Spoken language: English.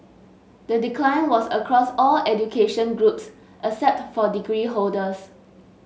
the decline was across all education groups except for degree holders